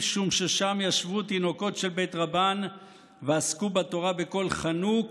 משום ששם ישבו תינוקות של בית רבן ועסקו בתורה בקול חנוק,